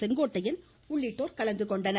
செங்கோட்டையன் உள்ளிட்டோர் கலந்து கொண்டனர்